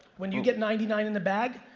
when you get ninety nine in the bag,